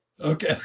Okay